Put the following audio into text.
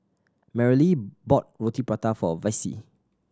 Merrily bought Roti Prata for Vicy